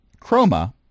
Chroma